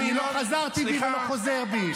אני לא חזרתי בי ולא חוזר בי.